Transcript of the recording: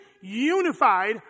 unified